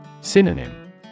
Synonym